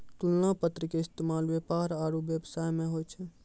तुलना पत्र के इस्तेमाल व्यापार आरु व्यवसाय मे होय छै